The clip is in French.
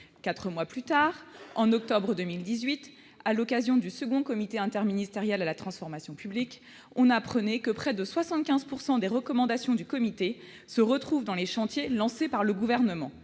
Quatre mois plus tard, en octobre 2018, à l'occasion du second comité interministériel de la transformation publique, on apprenait que « près de 75 % des recommandations du comité se retrouvent dans les chantiers lancés par le Gouvernement